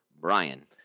Brian